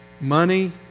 Money